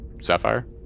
Sapphire